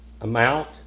amount